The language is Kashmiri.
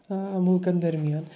مُلکن درمِیان